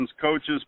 coaches